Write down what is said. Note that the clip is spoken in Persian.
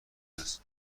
است